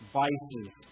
vices